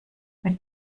mit